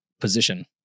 position